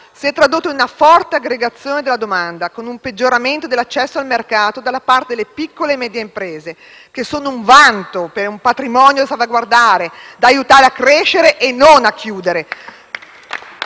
si è tradotto in una forte aggregazione della domanda, con un peggioramento dell'accesso al mercato da parte delle medie e piccole imprese, che sono un vanto e un patrimonio da salvaguardare, da aiutare a crescere e non a chiudere,